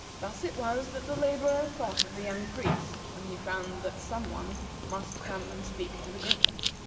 thus it was that the laborer thought of the young priest when he found that some one must come and speak to the griffin.